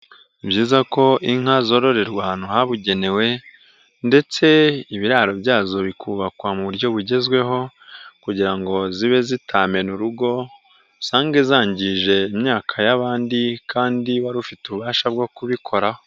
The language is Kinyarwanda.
Ni byiza ko inka zororerwa ahantu habugenewe, ndetse ibiraro byazo bikubakwa mu buryo bugezweho kugira ngo zibe zitamena urugo, usange zangije imyaka y'abandi kandi wari ufite ububasha bwo kubikoraho.